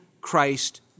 Christ